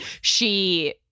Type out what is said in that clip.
she-